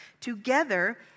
together